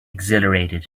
exhilarated